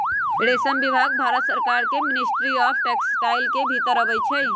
रेशम विभाग भारत सरकार के मिनिस्ट्री ऑफ टेक्सटाइल के भितर अबई छइ